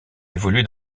évolué